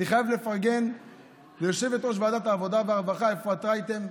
אני חייב לפרגן ליושבת-ראש ועדת העבודה והרווחה אפרת רייטן,